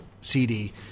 cd